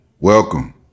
welcome